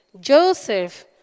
Joseph